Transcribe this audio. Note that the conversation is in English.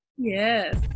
Yes